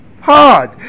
Hard